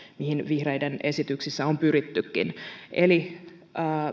mihin vihreiden esityksissä on pyrittykin eli